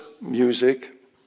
music